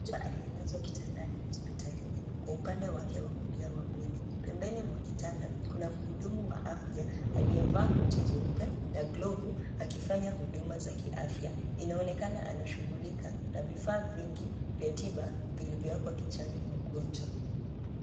Mgonjwa aliyelazwa kitandani hospitalini, kwa upande wake wa kulia wa mwili, pembeni mwa kitanda, kuna mhudumu wa afya, aliyevaa koti jeupe na glovu, akifanya huduma za afya, inaonekana anashughulika, na vifaa vingi, vya tiba, vilivyowekwa kichwani mwa mgonjwa.